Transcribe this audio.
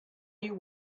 you